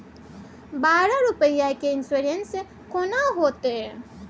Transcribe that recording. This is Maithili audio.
बारह रुपिया के इन्सुरेंस केना होतै?